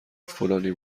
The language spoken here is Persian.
فلانی